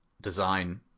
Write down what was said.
design